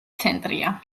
ცენტრია